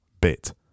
Bit